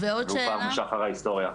והוא פער משחר ההיסטוריה.